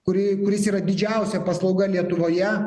kuri kuris yra didžiausia paslauga lietuvoje